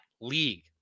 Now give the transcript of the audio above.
league